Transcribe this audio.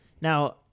Now